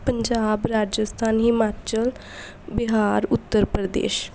Punjab Rajasthan Himachal Bihar Uttar Pradesh